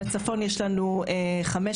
בצפון יש לנו 15,